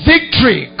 Victory